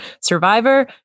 Survivor